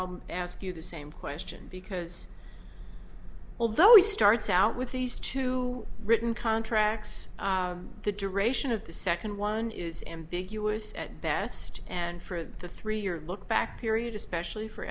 i'll ask you the same question because although he starts out with these two written contracts the duration of the second one is ambiguous at best and for the three year lookback period especially for